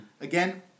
Again